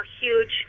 huge